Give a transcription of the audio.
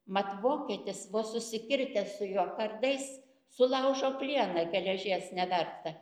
mat vokietis vos susikirtęs su juo kardais sulaužo plieną geležies nevertą